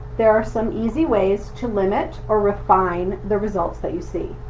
there are some easy ways to limit or refine the results that you see.